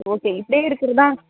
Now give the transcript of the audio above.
okay இப்படியே இருக்கிறதுதான்